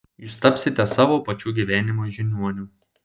jūs tapsite savo pačių gyvenimo žiniuoniu